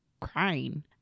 crying